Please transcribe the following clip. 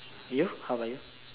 you how about you